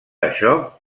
això